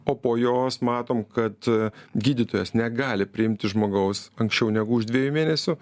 o po jos matom kad gydytojas negali priimti žmogaus anksčiau negu už dviejų mėnesių